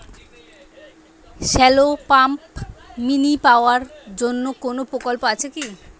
Shallow pump mini পাওয়ার জন্য কোনো প্রকল্প আছে কি?